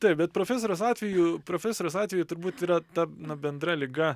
taip bet profesorės atveju profesorės atveju turbūt yra ta na bendra liga